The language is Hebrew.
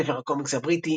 ספר הקומיקס הבריטי